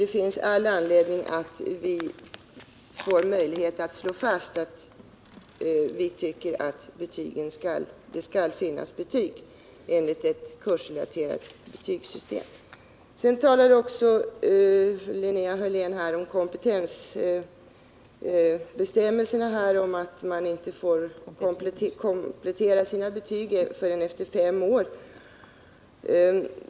Det finns all anledning att vi får möjlighet att slå fast att vi tycker att det skall finnas betyg enligt ett kursrelaterat betygssystem. Sedan talar Linnea Hörlén också om kompetensbestämmelserna och om att man inte får komplettera sina betyg förrän efter fem år.